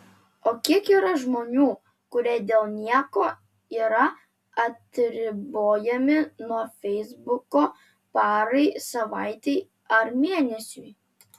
o kiek yra žmonių kurie dėl nieko yra atribojami nuo feisbuko parai savaitei ar mėnesiui